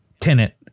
tenant